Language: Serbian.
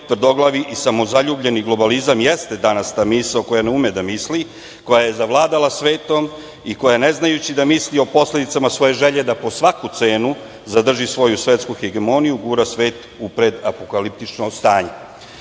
tvrdoglavi i samozaljubljeni globalizam jeste danas ta misao koja ne ume da misli, koja je zavladala svetom i koja ne znajući da misli o posledicama svoje želje da po svaku cenu zadrži svoju svetsku hegemoniju gura svet u predapokaliptičko